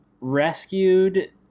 rescued